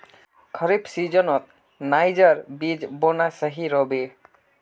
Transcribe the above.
खरीफ सीजनत नाइजर बीज बोना सही रह बे